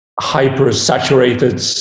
hyper-saturated